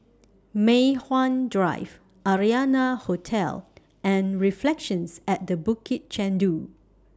Mei Hwan Drive Arianna Hotel and Reflections At The Bukit Chandu